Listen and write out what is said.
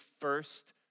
first